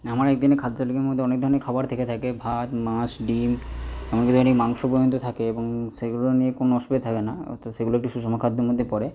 আমার এক দিনের খাদ্যতালিকার মধ্যে অনেক ধরণের খাবার থেকে থাকে ভাত মাছ ডিম এমনকি ইদানিং মাংস পর্যন্ত থাকে এবং সেগুলো নিয়ে কোনো অসুবিধা থাকে না অর্থাৎ সেগুলো একটি সুষম খাদ্যের মধ্যেই পড়ে